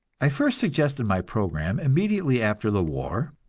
i first suggested my program immediately after the war,